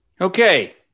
Okay